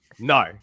No